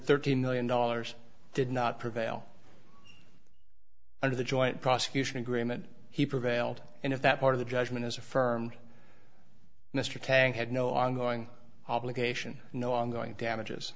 thirteen million dollars did not prevail under the joint prosecution agreement he prevailed and if that part of the judgment is affirmed mr tank had no ongoing obligation no ongoing damages